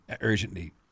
urgently